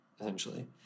essentially